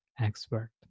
expert